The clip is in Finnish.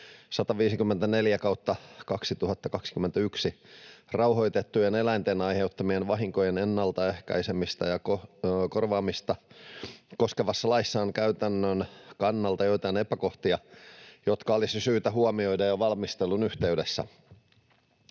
154/2021, rauhoitettujen eläinten aiheuttamien vahinkojen ennalta ehkäisemistä ja korvaamista koskevassa laissa, on käytännön kannalta joitain epäkohtia, jotka olisi syytä huomioida jo valmistelun yhteydessä.